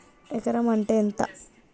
ఎకరం అంటే ఎంత?